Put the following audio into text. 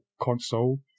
console